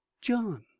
john